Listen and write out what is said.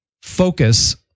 focus